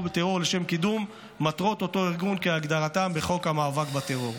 בטרור לשם קידום מטרות אותו ארגון כהגדרתם בחוק המאבק בטרור.